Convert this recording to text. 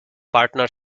partner